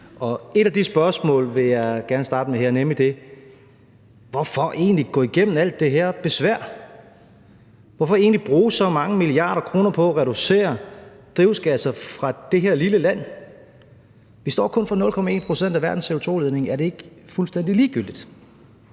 Et af de spørgsmål vil jeg gerne starte med her, nemlig: Hvorfor egentlig gå igennem alt det her besvær? Hvorfor egentlig bruge så mange milliarder kroner på at reducere drivhusgasser i det her lille land? Vi står kun for 0,1 pct. af verdens CO2-udledning – er det ikke fuldstændig ligegyldigt?